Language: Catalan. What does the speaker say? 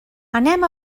anem